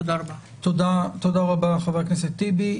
תודה רבה, חבר הכנסת טיבי.